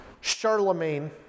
Charlemagne